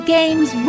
Games